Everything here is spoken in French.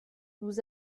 nous